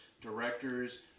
directors